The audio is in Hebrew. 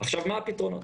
מה הפתרונות?